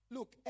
Look